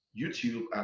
YouTube